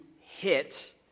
hit